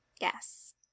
Yes